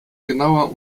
genauer